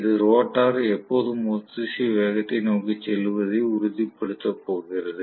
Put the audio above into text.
இது ரோட்டர் எப்போதும் ஒத்திசைவு வேகத்தை நோக்கிச் செல்வதை உறுதிப்படுத்தப் போகிறது